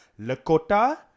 Lakota